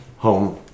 home